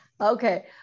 Okay